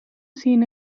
seen